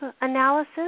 analysis